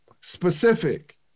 Specific